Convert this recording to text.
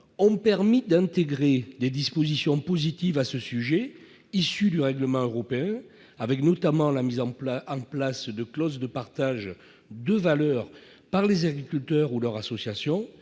a permis d'intégrer des dispositions positives à ce sujet, issues du règlement européen, notamment, la mise en place de clauses de partage de valeur par les agriculteurs ou par leurs associations.